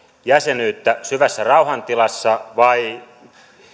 jäsenyyttä syvässä rauhantilassa vai